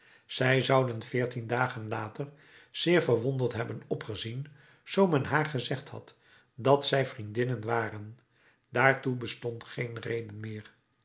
zij zouden veertien dagen later zeer verwonderd hebben opgezien zoo men haar gezegd had dat zij vriendinnen waren daartoe bestond geen reden meer